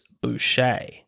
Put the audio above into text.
Boucher